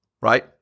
right